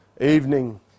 evening